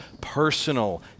personal